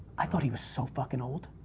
i thought he was so fucking old.